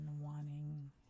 wanting